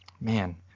man